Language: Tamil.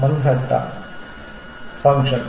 Manhattan function